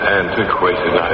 antiquated